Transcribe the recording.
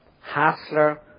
Hassler